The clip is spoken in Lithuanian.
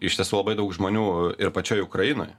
iš tiesų iš tiesų labai daug žmonių ir pačioj ukrainoje